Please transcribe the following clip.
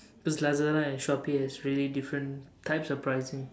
because Lazada and Shopee has really different types of pricing